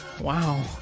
wow